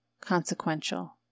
consequential